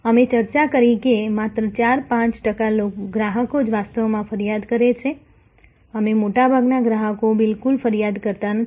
અમે ચર્ચા કરી કે માત્ર 4 5 ટકા ગ્રાહકો જ વાસ્તવમાં ફરિયાદ કરે છે અને મોટા ભાગના ગ્રાહકો બિલકુલ ફરિયાદ કરતા નથી